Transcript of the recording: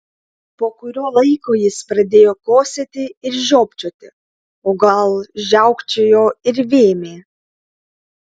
po kurio laiko jis pradėjo kosėti ir žiopčioti o gal žiaukčiojo ir vėmė